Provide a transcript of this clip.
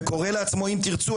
וקורא לעצמו "אם תרצו".